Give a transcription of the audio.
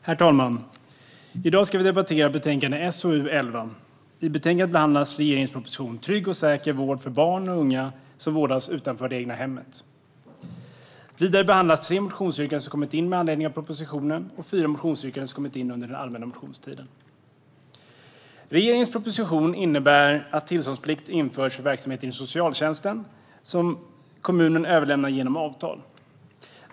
Herr talman! Vi debatterar nu betänkande SoU11. I betänkandet behandlas regeringens proposition Trygg och säker vård för barn och unga som vårdas utanför det egna hemmet . Vidare behandlas tre motionsyrkanden som kommit in med anledning av propositionen och fyra motionsyrkanden som kommit in under allmänna motionstiden. I regeringens proposition föreslås att tillståndsplikt införs för verksamhet inom socialtjänsten som kommunen överlämnar genom avtal.